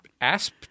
Asp